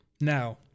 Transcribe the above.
Now